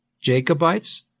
Jacobites